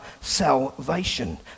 salvation